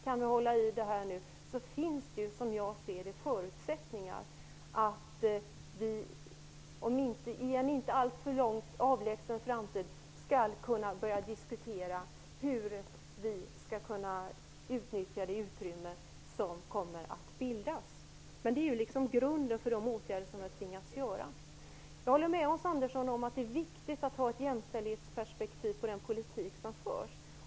Kan vi hålla i det här så finns det förutsättningar för att inom en inte alltför avlägsen framtid börja diskutera hur vi skall utnyttja det utrymme som bildas. Det är grunden för de åtgärder som vi har tvingats vidta. Jag håller med Hans Andersson om att det är viktigt att ha ett jämställdhetsperspektiv på den politik som förs.